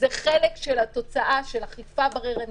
וזה חלק של התוצאה של אכיפה בררנית,